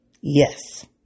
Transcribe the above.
Yes